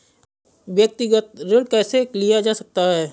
व्यक्तिगत ऋण कैसे लिया जा सकता है?